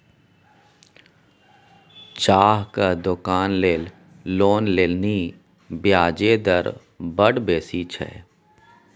चाहक दोकान लेल लोन लेलनि ब्याजे दर बड़ बेसी छै